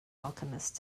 alchemist